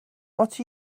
what